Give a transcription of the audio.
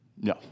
No